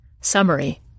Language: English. Summary